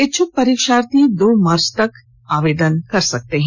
इच्छुक परीक्षार्थी दो मार्च तक आवेदन कर सकते हें